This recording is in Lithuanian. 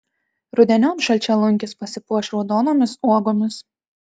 rudeniop žalčialunkis pasipuoš raudonomis uogomis